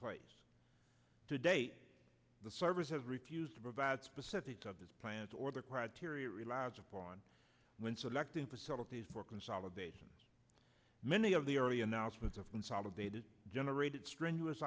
place today the service has refused to provide specifics of this plant or the criteria relies upon when selecting facilities for consolidation many of the early announcements of consolidated generated strenuous